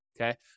okay